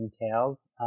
entails